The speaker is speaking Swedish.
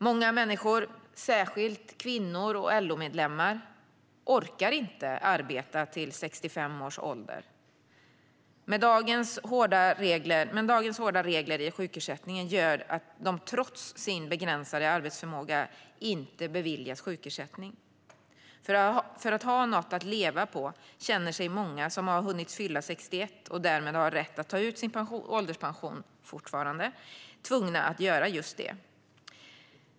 Många människor - särskilt kvinnor och LO-medlemmar - orkar inte arbeta till 65 års ålder, men dagens hårda regler i sjukersättningen gör att de trots sin begränsade arbetsförmåga inte beviljas sjukersättning. För att ha något att leva på känner sig många som har hunnit fylla 61 år och därmed har rätt att ta ut sin ålderspension tvungna att göra just det.